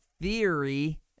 theory